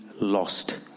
lost